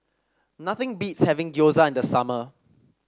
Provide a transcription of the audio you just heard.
nothing beats having Gyoza in the summer